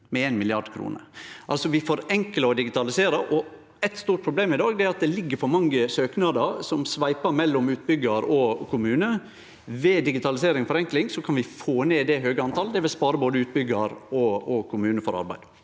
med 1 mrd. kr. Vi forenklar og digitaliserer. Eit stort problem i dag er at det ligg for mange søknader og sveiper mellom utbyggjar og kommune. Ved digitalisering og forenkling kan vi få ned det høge antalet. Det vil spare både utbyggjaren og kommunen for arbeid.